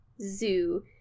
zoo